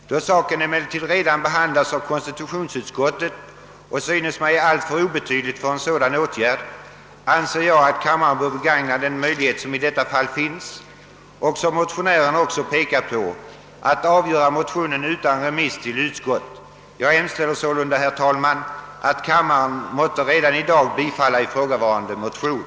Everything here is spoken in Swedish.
Då saken emellertid redan behandlats av konstitutionsutskottet och synes mig alltför obetydlig för en sådan åtgärd, anser jag att kammaren bör begagna den möjlighet som i detta fall finns — och som motionärerna pekat på — att avgöra motionen utan remiss till utskott. Jag hemställer sålunda, herr talman, att kammaren måtte redan i dag bifalla ifrågavarande motion.